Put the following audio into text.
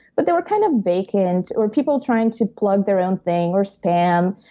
but they were kind of vacant and or people trying to plug their own thing, or spam.